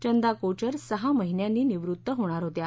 चंदा कोचर सहा महिन्यांनी निवृत्त होणार होत्या